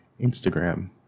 Instagram